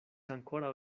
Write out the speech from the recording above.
ankoraŭ